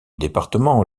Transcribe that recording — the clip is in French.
département